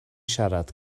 siarad